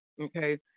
okay